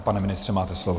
Pane ministře, máte slovo.